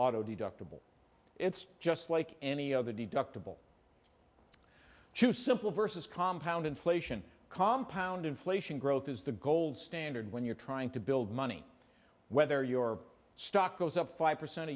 auto deductible it's just like any other deductible two simple versus compound inflation compound inflation growth is the gold standard when you're trying to build money whether your stock goes up five percent a